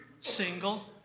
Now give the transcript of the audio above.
single